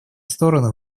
стороны